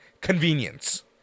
convenience